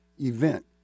event